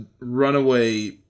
Runaway